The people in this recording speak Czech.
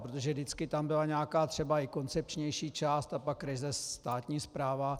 Protože vždycky tam byla nějaká třeba koncepčnější část a pak ryze státní správa.